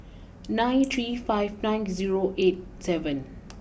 nine three five nine zero eight seven